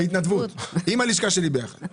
בהתנדבות עם הלשכה שלי יחד.